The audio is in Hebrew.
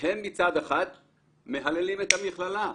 הם מצד אחד מהללים את המכללה,